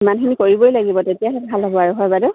ইমানখিনি কৰিবই লাগিব তেতিয়াহে ভাল হ'ব আৰু হয় বাইদেউ